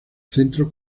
centro